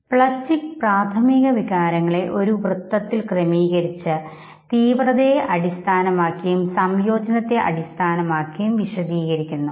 Plutchik പ്രാഥമിക വികാരങ്ങളെ ഒരു വൃത്തത്തിൽ ക്രമീകരിച്ച് തീവ്രതയെ അടിസ്ഥാനമാക്കിയും സംയോജനത്തെ അടിസ്ഥാനമാക്കിയും വിശദീകരിക്കുന്നു